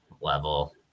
level